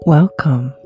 Welcome